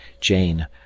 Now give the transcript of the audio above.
Jane